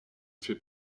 fait